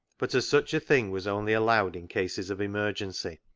but as such a thing was only allowed in cases of emergency,